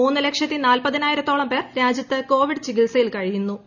മൂന്നു ലക്ഷത്തി നാൽപതിനായിരത്തോളം പേർ രാജ്യത്ത് കോവിഡ് ചികിത്സയിൽ കഴിയൂന്നൂ